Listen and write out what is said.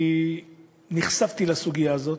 כי נחשפתי לסוגיה הזאת,